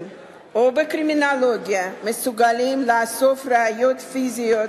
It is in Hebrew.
או בקרימינולוגיה מסוגלים לאסוף ראיות פיזיות,